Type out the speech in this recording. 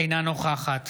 אינה נוכחת